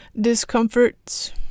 discomforts